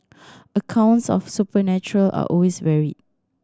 accounts of supernatural are always varied